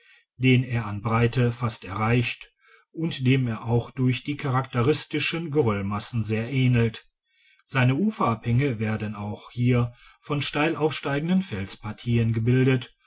den er an breite fast erreicht und dem er auch durch die charakteristischen geröllmassen sehr ähnelt seine uferabhänge werden auch hier von steil aufsteigenden felspartieen gebildet